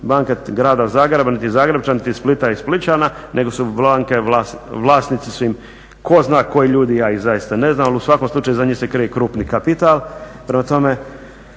banke grada Zagreba, niti Zagrepčana, niti Splita ni Splićana nego vlasnici su im tko zna koji ljudi, ja ih zaista ne znam ali u svakom slučaju iza njih se krije krupni kapital. Prema tome,